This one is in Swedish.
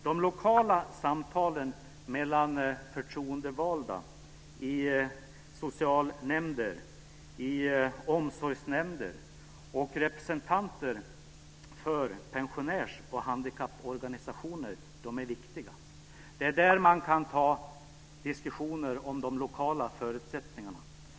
De lokala samtalen mellan förtroendevalda i socialnämnder och omsorgsnämnder och representanter för pensionärs och handikapporganisationer är viktiga. Det är där man kan föra diskussioner om de lokala förutsättningarna.